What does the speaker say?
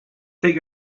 take